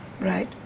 Right